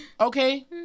okay